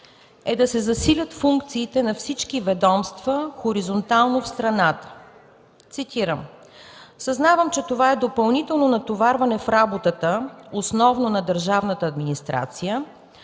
е да се засилят функциите на всички ведомства хоризонтално в страната. Цитирам: